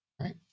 Right